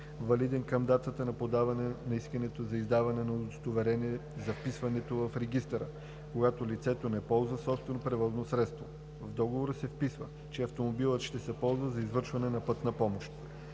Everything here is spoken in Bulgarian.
валиден към датата на подаването на искането за издаване на удостоверението за вписването в регистъра, когато лицето не ползва собствени превозни средства. В договора се вписва, че автомобилът ще се ползва за извършване на пътна помощ;